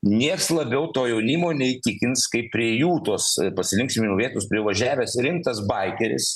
nieks labiau to jaunimo neįtikins kaip prie jų tos pasilinksminimo vietos privažiavęs rimtas baikeris